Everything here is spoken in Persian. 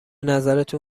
نظرتون